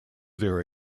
their